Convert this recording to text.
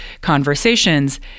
conversations